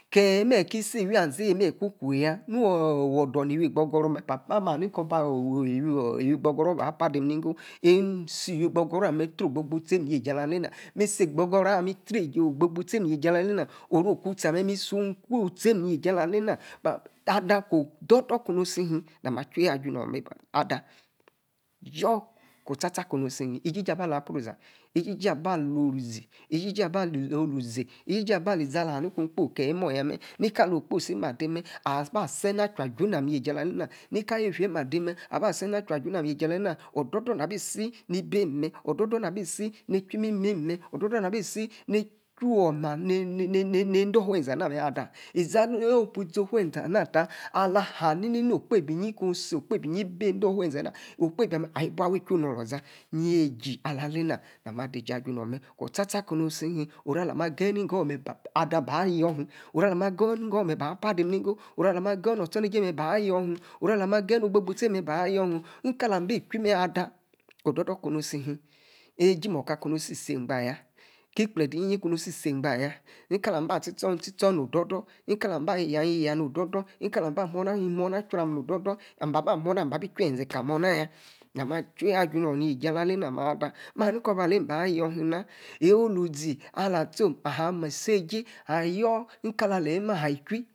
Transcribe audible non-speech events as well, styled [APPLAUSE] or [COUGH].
Ke-mer, wia-zeeh kuku yaa nor wudor ni iwi-igboguru mer. ipapah, ma ha ni [UNINTELLIGIBLE] iwi-igbogoru ba, padim ni-inggo, esim, iwi-igbogoru amer, tri- ogbo-gbo, utie yie si ala, lena, mi si, igbogoru mer, itrib, ogbo-gbo utie yie-jie, ala lena oru, oku-utie mer, mi-su ku, utie mim, yie-jie alah lena, ada ko, odor- dodor kumu si-hin na ma, ajuie-ajuno mer ipapah, ada yor kor, oh, sta-sta, kum si-hun, ijiji aba ali-iza, lah ahami ku kposi keyi imimoh ya, mer, ni kalor kposi mim ade-mer aba seneh ache-ajuna mami yie-ji ala, alena, ni ka li, yefia him, ade mer, aba asene aju nam, alena odor-odor tabi-si, na bi si-ni-beam mer, odor-dor ni-bi-si, ne-chu-immemeh, odor-dor na bi-si ne-clu-woma, ne-nede-owie-ezee amah, ada izi ala, awo-opuu isi, owey ezee ama tah, alahami-ni no-kpebi iyie ku, si oh kpebi iyie, bede-ofue-zee anah, okpobi ana, ibu awa, echu-olo-za, yie-jie ala, lena, nama, ada-iji aju-nu mer, oh sta-sta kumu-si, oru, ala-ma geyi niggo orr mer, ada ba yor him oru ala-ma geyi niggo mer, ba, pah dim niggo oru ala-ma geyi notsornejie, ba yor him oru, ala-ma geyi no-ogbo-gbo-utie-yie, ba yor him, ni-kalam, abi chui-mer ada, ko- ochor-dor kumu si-luim, yie-jie morkah kumi si-seabaya, keplede iyie-yin ku si-ebaya nkalom aba tiestor, mtie-stor no-odoh-dor, mkalam, aba, yie-ya, mya-no-odor-odor mkalam, aba, motrna, morna chu-ma no-odor-dor, nam-ba-bi, chezee, ka-mornaya, nama, acheyi ajunor yie-ala, alena, mer ada, ma ha ni ka-ba alem ba, yor him-na, yie-yi-no olo-zi ala, storm, isi-ejie ayor, ni-kala-le-mer ali-ichui.